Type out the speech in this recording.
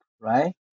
right